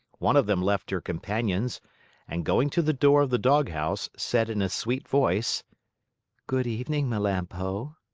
one of them left her companions and, going to the door of the doghouse, said in a sweet voice good evening, melampo.